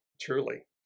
truly